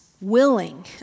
willing